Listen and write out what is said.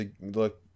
look